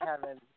Kevin